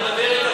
תודה.